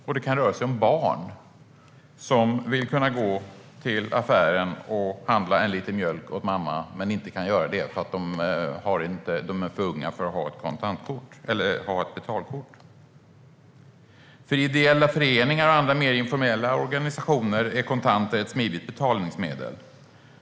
Och det kan röra sig om barn som vill kunna gå till affären och handla en liter mjölk åt mamma men inte kan göra det, eftersom de är för unga för att ha ett betalkort. För ideella föreningar och andra mer informella organisationer är kontanter ett smidigt betalningsmedel.